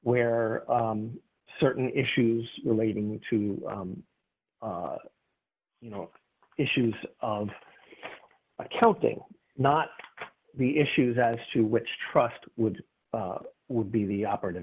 where certain issues relating to you know issues of accounting not the issues as to which trust would would be the operative